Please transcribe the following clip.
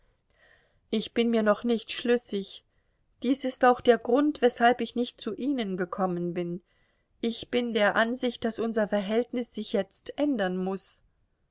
ich bin mir noch nicht schlüssig dies ist auch der grund weshalb ich nicht zu ihnen gekommen bin ich bin der ansicht daß unser verhältnis sich jetzt ändern muß